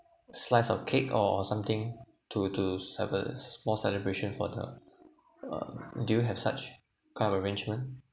slice of cake or something to to serve us small celebration for the uh do you have such kind of arrangement